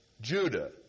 Judah